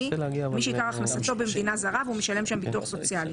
למי שעיקר הכנסתו במדינה זרה והוא משלם שם ביטוח סוציאלי.